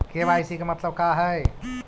KYC के मतलब का हई?